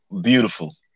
Beautiful